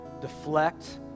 deflect